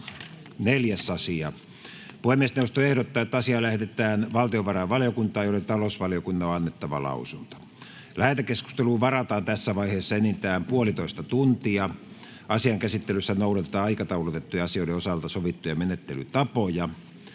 4. asia. Puhemiesneuvosto ehdottaa, että asia lähetetään valtiovarainvaliokuntaan, jolle talousvaliokunnan on annettava lausunto. Lähetekeskusteluun varataan tässä vaiheessa enintään puolitoista tuntia. Asian käsittelyssä noudatetaan aikataulutettujen asioiden osalta sovittuja menettelytapoja.